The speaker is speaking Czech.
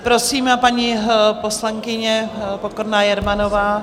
Prosím, paní poslankyně Pokorná Jermanová.